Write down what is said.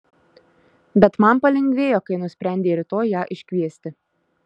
bet man palengvėjo kai nusprendei rytoj ją iškviesti